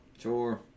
Sure